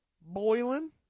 boiling